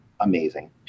amazing